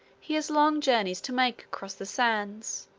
he has long journeys to make across the sands,